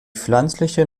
pflanzliche